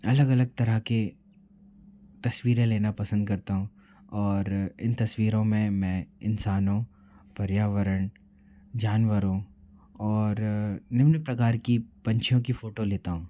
अलग अलग तरह के तस्वीरें लेना पसंद करता हूँ और इन तस्वीरों में मैं इन्सानों पर्यावरण जानवरों और निम्न प्रकार की पंछियों की फ़ोटो लेता हूँ